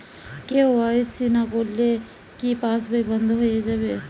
KYC না করলে কি পাশবই বন্ধ হয়ে যাবে?